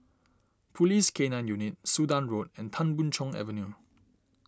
Police K nine Unit Sudan Road and Tan Boon Chong Avenue